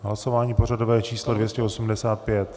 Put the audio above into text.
Hlasování pořadové číslo 285.